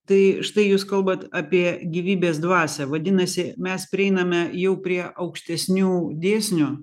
tai štai jūs kalbat apie gyvybės dvasią vadinasi mes prieiname jau prie aukštesnių dėsnių